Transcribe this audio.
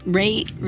rate